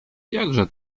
jakże